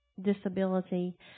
disability